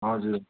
हजुर